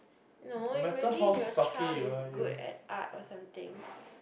no imagine if your child is good at art or something